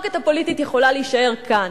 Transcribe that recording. המחלוקת הפוליטית יכולה להישאר כאן,